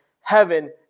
heaven